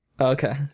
Okay